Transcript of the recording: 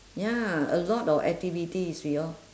ya a lot of activities we all